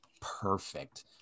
perfect